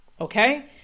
okay